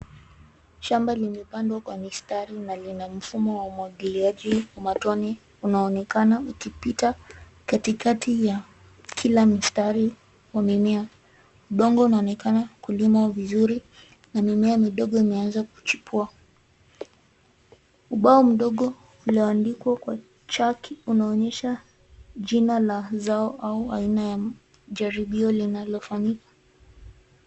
Shamba limepandwa kwa mistari na lina mfumo wa umwagiliaji wa matone. Unaonekana ukipita katikati ya kila mstari wa mimea. Udongo unaonekana kulimwa vizuri na mimea midogo imeanza kuchipua. Ubao mdogo ulioandikwa kwa chaki unaonyesha jina la zao au aina ya jaribio linalofanyika.